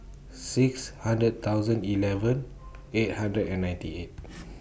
six hundred thousand eleven eight hundred and ninety eight